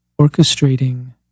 orchestrating